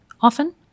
often